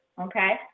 okay